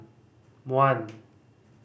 one